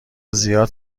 زیاد